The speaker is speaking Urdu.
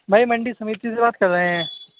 بھائی منڈی سمیتی سے بات کر رہے ہیں